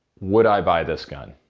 would i buy this gun?